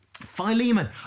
philemon